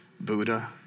Buddha